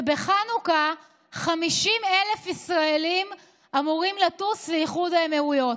ובחנוכה 50,000 ישראלים אמורים לטוס לאיחוד האמירויות.